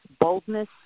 boldness